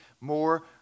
more